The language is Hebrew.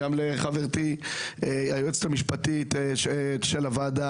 גם לחברתי היועצת המשפטית של הוועדה,